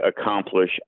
accomplish